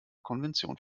konvention